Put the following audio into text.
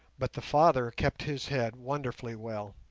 but the father kept his head wonderfully well.